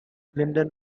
lyndon